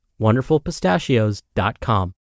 WonderfulPistachios.com